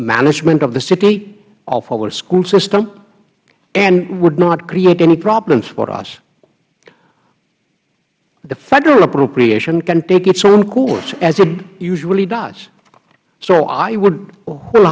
management of the city of our school system and would not create any problems for us the federal appropriation can take its own course as it usually does so i would whol